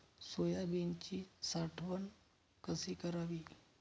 सोयाबीनची साठवण कशी करावी?